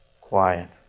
quiet